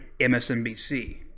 MSNBC